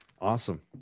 Awesome